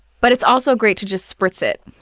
but it's also great to just spritz it.